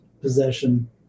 possession